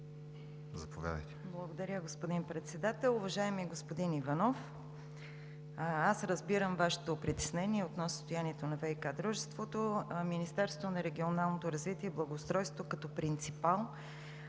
Благодаря, господин Председател. Уважаеми господин Иванов, разбирам Вашето притеснение относно състоянието на ВиК дружеството. Министерството на регионалното развитие и благоустройството, като принципал,